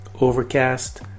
Overcast